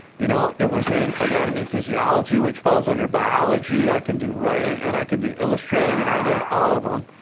you know, it was in anatomy and physiology which falls under biology, i can do writing and i can do illustrating, and i did all of them.